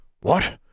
What